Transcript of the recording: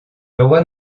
leroy